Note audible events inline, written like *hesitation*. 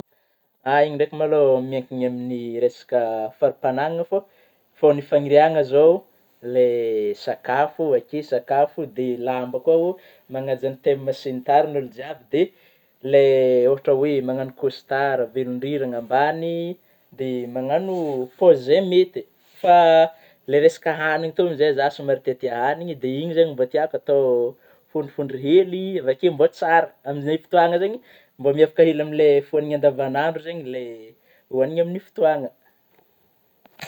*hesitation* Iny ndraiky malô, miankina amin'ny resaka *hesitation* farim-pagnagna fô ,fô ny fagniriagna zao le sakafo oh ,akeo sakafo dia ny lamba koa manaja ny théme, koa ny ôlô jiaby, dia le ohatry oe magnano: costard ,velon-drirana ambany, dia magnano pozy zay mety, fa lay resaka hanigna teo lo zay, zaho somary tiatia haniny iny zagny no mbô tiako, atao fondrofondro hely, avy akeo mbô tsara amin'izay fotôagna zegny, mbô miavaka hely amn'ilay fo hanigna andavan'andro zagny le hoagniny amin'io fotôagna